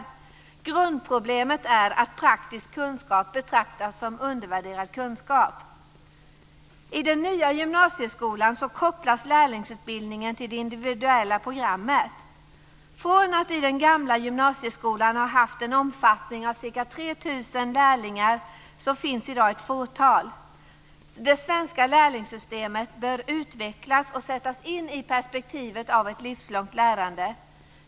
Grundproblemet är att praktisk kunskap är undervärderad kunskap. I den nya gymnasieskolan kopplas lärlingsutbildningen till det individuella programmet. Från att i den gamla gymnasieskolan ha haft en omfattning om ca 3 000 lärlingar i gymnasieskolan omfattar lärlingsutbildningen i dag ett fåtal. Det svenska lärlingssystemet bör utvecklas och sättas in i perspektivet av ett livslångt lärande.